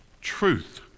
truth